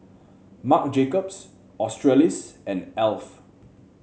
Marc Jacobs Australis and Alf